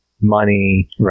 money